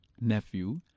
nephew